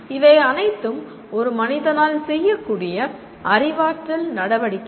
இவை அனைத்தும் ஒரு மனிதனால் செய்யக்கூடிய அறிவாற்றல் நடவடிக்கைகள்